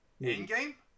In-game